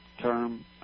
term